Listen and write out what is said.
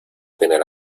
tener